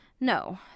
No